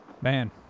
Man